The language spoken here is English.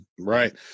Right